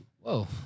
whoa